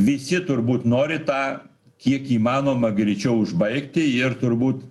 visi turbūt nori tą kiek įmanoma greičiau užbaigti ir turbūt